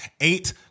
eight